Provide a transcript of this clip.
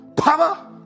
power